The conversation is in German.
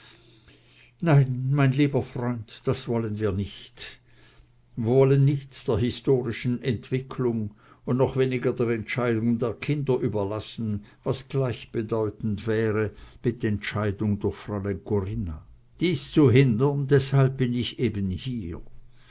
nein mein lieber freund das wollen wir nicht wir wollen nichts der historischen entwicklung und noch weniger der entscheidung der kinder überlassen was gleichbedeutend wäre mit entscheidung durch fräulein corinna dies zu hindern deshalb eben bin ich hier